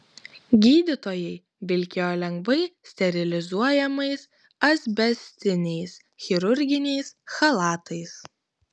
gydytojai vilkėjo lengvai sterilizuojamais asbestiniais chirurginiais chalatais